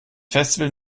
festival